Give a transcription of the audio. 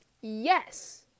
Yes